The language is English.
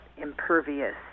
impervious